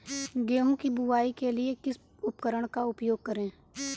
गेहूँ की बुवाई के लिए किस उपकरण का उपयोग करें?